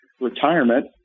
retirement